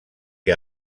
que